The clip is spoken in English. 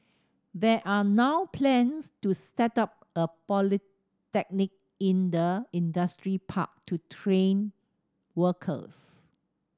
there are now plans to set up a polytechnic in the industrial park to train workers